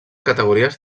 categories